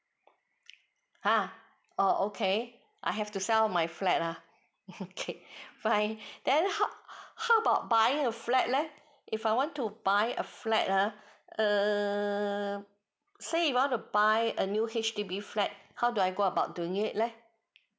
ha orh okay I have to sell my flat ah okay fine then how how about buying a flat leh if I want to buy a flat ha uh say if I want to buy a new H_D_B flat how do I go about doing it leh